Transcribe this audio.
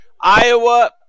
Iowa